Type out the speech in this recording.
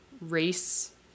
race